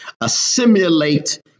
assimilate